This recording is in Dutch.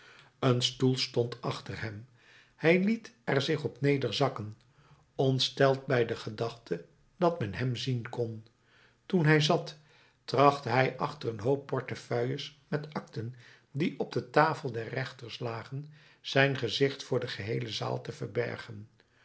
een stoel stond achter hem hij liet er zich op nederzakken ontsteld bij de gedachte dat men hem zien kon toen hij zat trachtte hij achter een hoop portefeuilles met akten die op de tafel der rechters lagen zijn gezicht voor de geheele zaal te verbergen